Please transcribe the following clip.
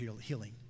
healing